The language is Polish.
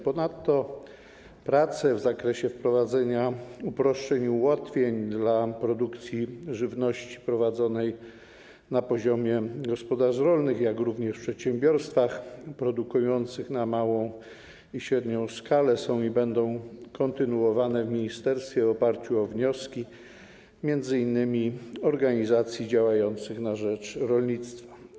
Ponadto prace w zakresie wprowadzenia uproszczeń i ułatwień dla produkcji żywności prowadzonej na poziomie gospodarstw rolnych, jak również w przedsiębiorstwach produkujących na małą i średnią skalę są i będą kontynuowane w ministerstwie w oparciu o wnioski m.in. organizacji działających na rzecz rolnictwa.